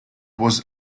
was